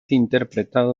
interpretado